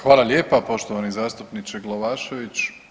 Hvala lijepa poštovani zastupniče Glavašević.